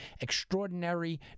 extraordinary